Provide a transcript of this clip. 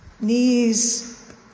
knees